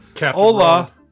Hola